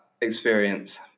experience